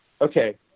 okay